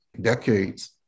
decades